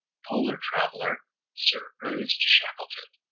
polar traveler sir ernest shackleton.